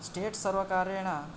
state सर्वकारेण